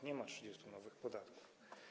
Nie ma 30 nowych podatków.